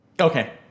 Okay